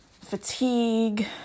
fatigue